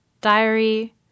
Diary